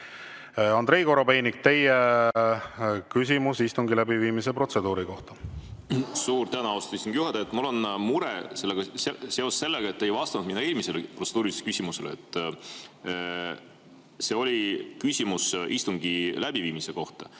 Andrei Korobeinik, teie küsimus istungi läbiviimise protseduuri kohta! Suur tänu, austatud istungi juhataja! Mul on mure seoses sellega, et te ei vastanud minu eelmisele protseduurilisele küsimusele. See oli küsimus istungi läbiviimise kohta.